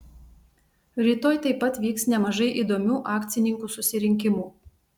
rytoj taip pat vyks nemažai įdomių akcininkų susirinkimų